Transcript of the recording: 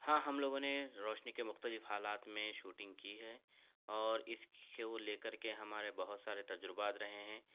ہاں ہم لوگوں نے روشنی کے مختلف حالات میں شوٹنگ کی ہے اور اس کو لے کر کے ہمارے بہت سارے تجربات رہے ہیں